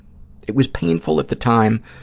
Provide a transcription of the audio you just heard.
it was painful at the time,